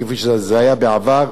כפי שזה היה בעבר,